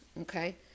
okay